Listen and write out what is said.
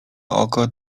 oko